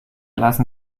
lassen